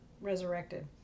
resurrected